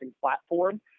platform